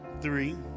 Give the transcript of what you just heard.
three